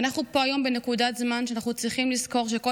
ואנחנו פה היום בנקודת זמן שאנחנו צריכים לזכור שכל